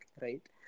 right